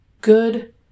Good